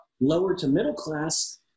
lower-to-middle-class